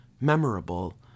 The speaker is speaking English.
memorable